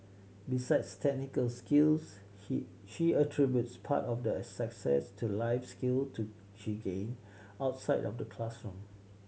besides technical skills he she attributes part of the a success to life skills to she gained outside of the classroom